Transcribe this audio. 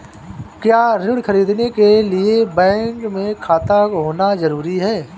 क्या ऋण ख़रीदने के लिए बैंक में खाता होना जरूरी है?